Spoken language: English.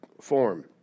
form